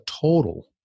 total